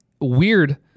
weird